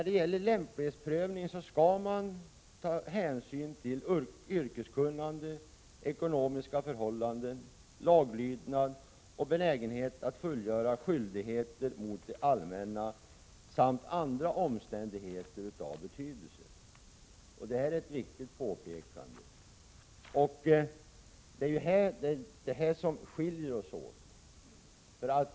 Och därvid skall hänsyn tas till yrkeskunnande, ekonomiska förhållanden, laglydnad och benägenhet att fullgöra skyldighet mot det allmänna samt andra omständigheter av betydelse — och det är ett viktigt påpekande. Det är detta som skiljer oss åt.